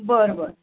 बरं बरं